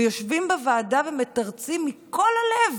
יושבים בוועדה ומתרצים מכל הלב